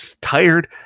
tired